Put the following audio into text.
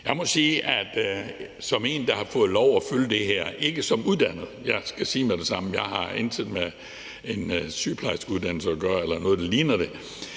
Jeg må sige, at som en, der har fået lov til at følge det her, ikke som uddannet – jeg skal med det samme sige, at jeg intet med sygeplejerskeuddannelse eller noget, der ligner det,